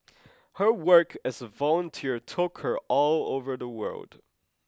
her work as a volunteer took her all over the world